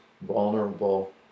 vulnerable